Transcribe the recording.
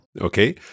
Okay